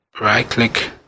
right-click